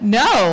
no